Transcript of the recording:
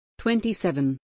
27